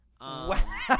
Wow